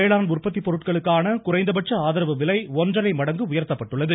வேளாண் உற்பத்தி பொருட்களுக்கான குறைந்த பட்ச ஆதரவு விலை ஒன்றரை மடங்கு உயர்த்தப்பட்டுள்ளது